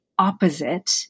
opposite